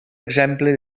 exemple